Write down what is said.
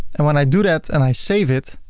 and when i do that and i save it,